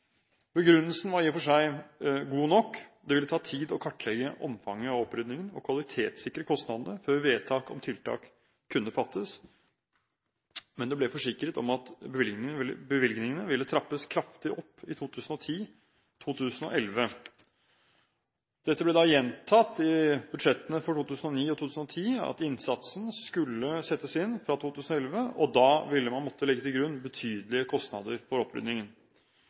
Begrunnelsen var i og for seg god nok. Det ville ta tid å kartlegge omfanget av opprydningen og kvalitetssikre kostnadene før vedtak om tiltak kunne fattes, men det ble forsikret om at bevilgningene ville trappes kraftig opp i 2010/2011. Det ble da gjentatt i budsjettene for 2009 og 2010 at innsatsen skulle settes inn fra 2011, og da ville man måtte legge til grunn betydelige kostnader for